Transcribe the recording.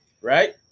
Right